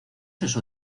eso